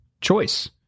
choice